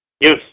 Yes